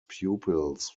pupils